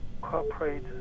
cooperate